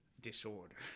disorder